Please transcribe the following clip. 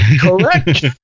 correct